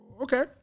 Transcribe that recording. okay